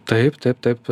taip taip taip